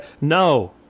No